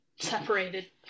separated